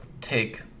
take